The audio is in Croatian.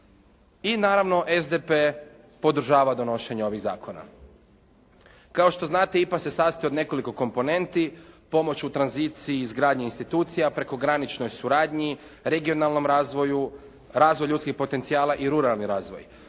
naravno SDP podržava donošenje ovih zakona. Kao što znate IPA se sastoji od nekoliko komponenti, pomoć u tranziciji, izgradnji institucija, prekograničnoj suradnji, regionalnom razvoju, razvoju ljudskih potencijala i ruralni razvoj.